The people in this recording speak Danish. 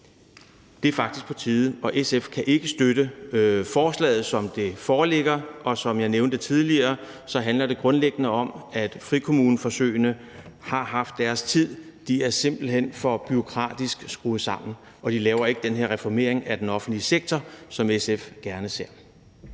det er faktisk på tide. SF kan ikke støtte forslaget, som det foreligger. Og som jeg nævnte tidligere, handler det grundlæggende om, at frikommuneforsøgene har haft deres tid. De er simpelt hen for bureaukratisk skruet sammen, og de laver ikke den her reformering af den offentlige sektor, som SF gerne ser.